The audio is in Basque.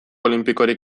olinpikorik